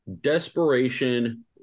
Desperation